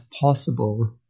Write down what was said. possible